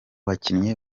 bakinnyi